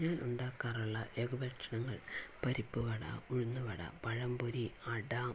ഞാൻ ഉണ്ടാക്കാറുള്ള ലഘുഭക്ഷണങ്ങൾ പരിപ്പുവട ഉഴുന്നുവട പഴംപൊരി അട